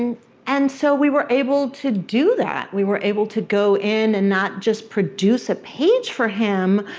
and and so we were able to do that. we were able to go in and not just produce a page for him,